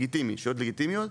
שאלות לגיטימיות,